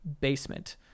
basement